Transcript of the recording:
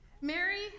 Mary